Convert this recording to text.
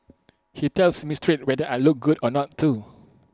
he tells me straight whether I look good or not too